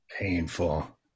Painful